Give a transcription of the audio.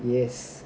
yes